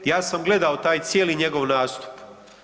Ja sam gledao taj cijeli njegov nastup.